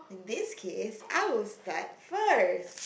this kids I will start first